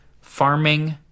farming